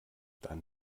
dann